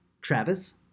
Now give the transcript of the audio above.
Travis